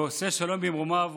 ועושה שלום במרומיו,